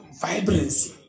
vibrancy